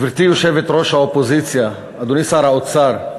גברתי יושבת-ראש האופוזיציה, אדוני שר האוצר,